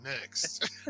next